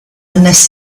unless